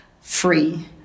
free